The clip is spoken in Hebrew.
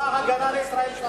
צבא-הגנה לישראל,